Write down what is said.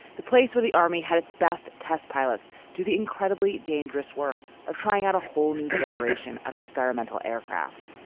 the place where the army had its best test. pilots do the incredibly dangerous work of trying out a whole new generation of experimental aircraft.